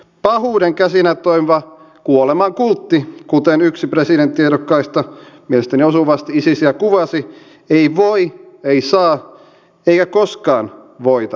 pahuuden käsinä toimiva kuoleman kultti kuten yksi presidenttiehdokkaista mielestäni osuvasti isisiä kuvasi ei voi voittaa ei saa voittaa eikä koskaan voita meitä